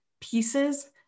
pieces